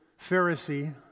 Pharisee